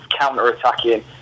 counter-attacking